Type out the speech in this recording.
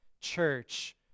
church